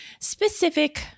specific